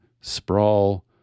sprawl